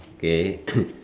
K